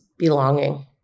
belonging